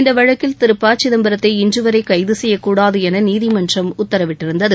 இந்த வழக்கில் திரு ப சிதம்பரத்தை இன்று வரை கைது செய்யக்கூடாது என நீதிமன்றம் உத்தரவிட்டிருந்தது